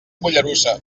mollerussa